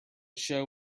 show